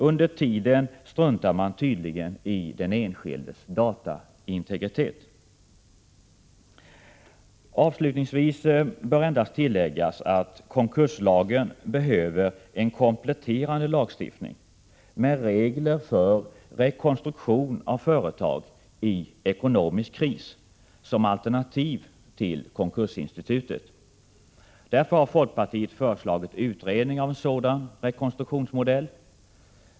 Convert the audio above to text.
Under tiden struntar man tydligen i den enskildes dataintegritet. Avslutningsvis bör endast tilläggas att konkurslagen behöver en kompletterande lagstiftning med regler för rekonstruktion av företag i ekonomisk kris, som alternativ till konkursinstitutet. Folkpartiet har därför föreslagit utredning av en sådan rekonstruktionsmodell.